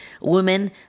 women